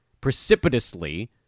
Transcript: precipitously